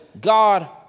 God